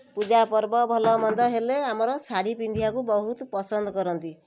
ପୂଜା ପର୍ବ ଭଲମନ୍ଦ ହେଲେ ଆମର ଶାଢ଼ୀ ପିନ୍ଧିବାକୁ ବହୁତ ପସନ୍ଦ କରନ୍ତି